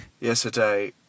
Yesterday